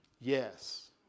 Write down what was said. yes